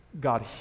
God